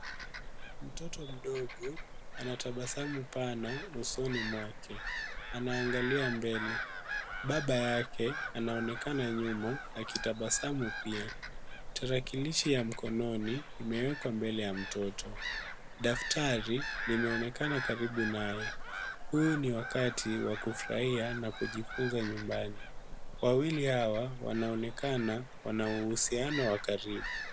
Mtoto mdogo anatabasamu pana usoni mwake. Anaangalia mbele, baba yake anaonekana nyuma akitabasamu pia. Tarakilishi ya mkononi imewekwa mbele ya mtoto. Daftari linaonekana karibu naye. Huu ni wakati wa kufurahia na kujifunza nyumbani. Wawili hawa wanaonekana wana uhusiano wa karibu.